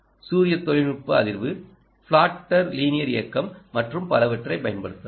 சூரிய தொழில்நுட்பம் அதிர்வு ஃப்ளாட்டர் லீனியர் இயக்கம் மற்றும் பலவற்றைப் பயன்படுத்தலாம்